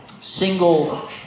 Single